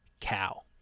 Cow